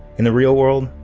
in the real world,